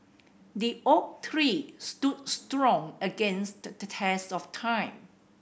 the oak tree stood strong against the test of time